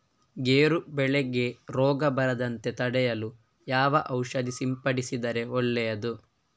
ಗೇರು ಬೆಳೆಗೆ ರೋಗ ಬರದಂತೆ ತಡೆಯಲು ಯಾವ ಔಷಧಿ ಸಿಂಪಡಿಸಿದರೆ ಒಳ್ಳೆಯದು?